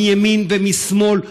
מימין ומשמאל,